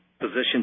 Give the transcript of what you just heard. position